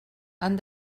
han